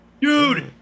Dude